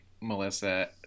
Melissa